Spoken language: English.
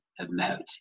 emote